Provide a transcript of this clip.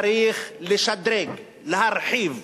צריך לשדרג, להרחיב,